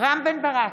רם בן ברק,